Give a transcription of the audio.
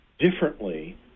differently